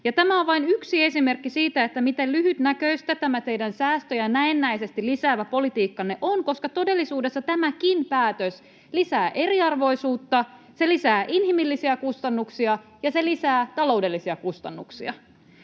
Tämä on vain yksi esimerkki siitä, miten lyhytnäköistä tämä teidän säästöjä näennäisesti lisäävä politiikkanne on, koska todellisuudessa tämäkin päätös lisää eriarvoisuutta, se lisää inhimillisiä kustannuksia ja se lisää taloudellisia kustannuksia.